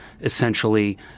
essentially